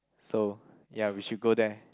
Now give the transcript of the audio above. so ya we should go there